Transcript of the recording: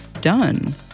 done